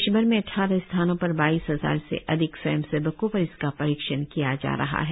देशभर में अद्वारह स्थानों पर बाईस हजार से अधिक स्वयंसेवकों पर इसका परीक्षण किया जा रहा है